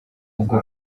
ubwo